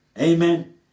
Amen